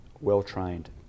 well-trained